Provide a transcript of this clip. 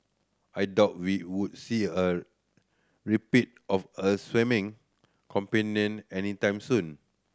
I doubt we would see a repeat of a swimming any time soon